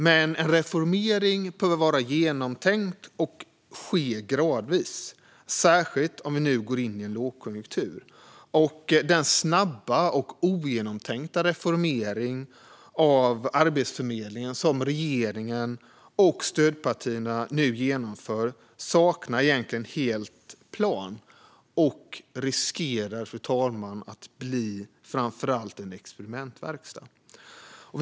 Men en reformering behöver vara genomtänkt och ske gradvis, särskilt om vi nu går in i en lågkonjunktur. Den snabba och ogenomtänkta reformering av Arbetsförmedlingen som regeringen och dess stödpartier nu genomför saknar egentligen helt någon plan. Den riskerar att framför allt bli en experimentverkstad, fru talman.